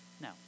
no